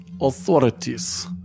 authorities